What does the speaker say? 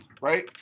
right